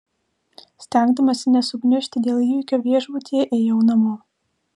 stengdamasi nesugniužti dėl įvykio viešbutyje ėjau namo